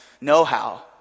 know-how